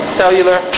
cellular